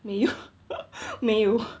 没有没有